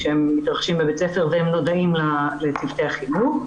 כשהם מתרחשים בבית הספר ונודע עליהם לצוותי החינוך.